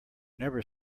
never